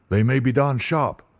they may be darned sharp,